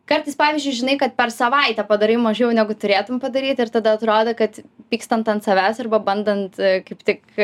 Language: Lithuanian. kartais pavyzdžiui žinai kad per savaitę padarai mažiau negu turėtum padaryti ir tada atrodo kad pykstant ant savęs arba bandant kaip tik